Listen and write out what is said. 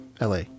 LA